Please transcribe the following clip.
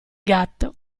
gatto